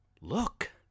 Look